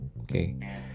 okay